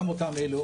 גם אותם אלו,